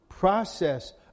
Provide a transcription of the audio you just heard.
process